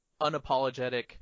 unapologetic